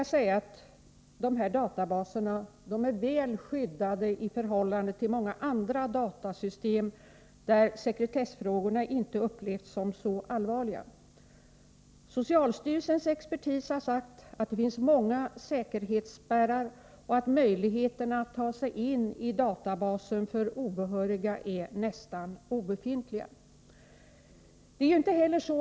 Jag vill därför framhålla att patientdatabaserna är väl skyddade i förhållande till många andra datasystem, där sekretessfrågorna inte har upplevts som så allvarliga. Socialstyrelsens expertis har sagt att det finns många säkerhetsspärrar och att möjligheterna för obehöriga att ta sig in i databaserna är nästan obefintliga.